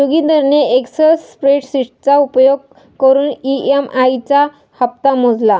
जोगिंदरने एक्सल स्प्रेडशीटचा उपयोग करून ई.एम.आई चा हप्ता मोजला